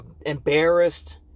embarrassed